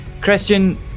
Christian